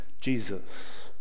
Jesus